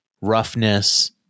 roughness